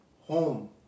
home